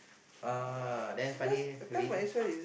uh then funny weed leh